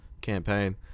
campaign